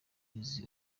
izi